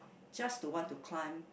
just to want to climb